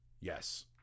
Yes